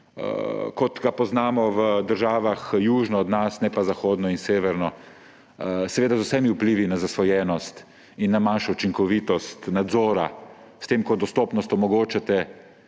kot ga poznamo v državah južno od nas, ne pa zahodno in severno. Seveda z vsemi vplivi na zasvojenost in na manjšo učinkovitost nadzora; s tem ko dostopnost omogočate,